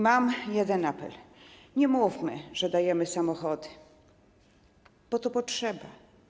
Mam jeden apel: nie mówmy, że dajemy samochody, bo to jest potrzeba.